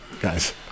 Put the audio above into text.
guys